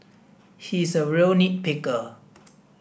he is a real nit picker